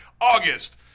August